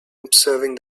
observing